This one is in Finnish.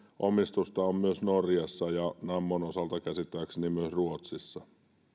omistusta myös norjassa ja nammon osalta käsittääkseni myös ruotsissa